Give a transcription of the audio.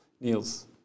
Niels